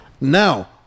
Now